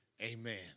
amen